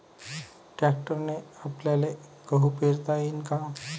ट्रॅक्टरने आपल्याले गहू पेरता येईन का?